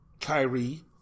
Kyrie